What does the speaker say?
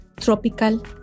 tropical